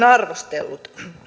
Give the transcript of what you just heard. arvostellut